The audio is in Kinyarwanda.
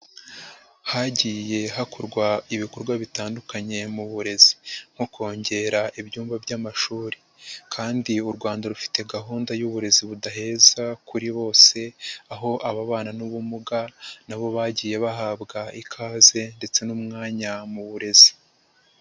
Hagiye hakorwa ibikorwa bitandukanye mu burezi nko kongera ibyumba by'amashuri, kandi u Rwanda rufite gahunda y'uburezi budaheza kuri bose aho ababana n'ubumuga nabo bagiye bahabwa ikaze ndetse n'umwanya mu burezi.